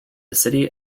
city